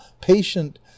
patient